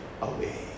away